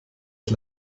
ich